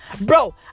Bro